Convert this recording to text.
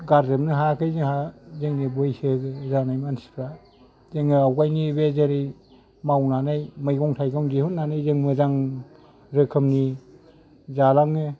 गारजोबनो हायाखै जोंहा जोंनि बैसो जानाय मानसिफ्रा जोङो आवगायनि बे जेरै मावनानै मैगं थाइगं दिहुननानै जों मोजां रोखोमनि जालाङो